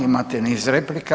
Imate niz replika.